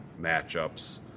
matchups